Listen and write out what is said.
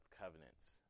covenants